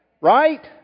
Right